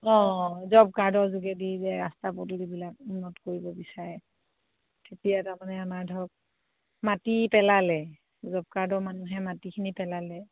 অঁ জব কাৰ্ডৰ যোগেদি যে ৰাস্তা পদূলিবিলাক উন্নত কৰিব বিচাৰে তেতিয়া তাৰমানে আমাৰ ধৰক মাটি পেলালে জব কাৰ্ডৰ মানুহে মাটিখিনি পেলালে